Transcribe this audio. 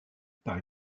par